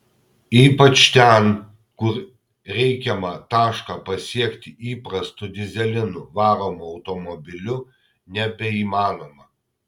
ypač ten kur reikiamą tašką pasiekti įprastu dyzelinu varomu automobiliu nebeįmanoma